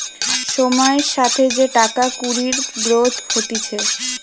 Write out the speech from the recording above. সময়ের সাথে যে টাকা কুড়ির গ্রোথ হতিছে